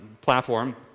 platform